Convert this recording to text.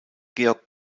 georg